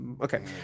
Okay